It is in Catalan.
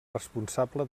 responsable